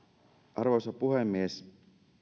arvoisa puhemies